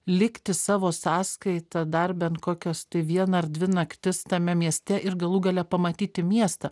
likti savo sąskaita dar bent kokios tai vieną ar dvi naktis tame mieste ir galų gale pamatyti miestą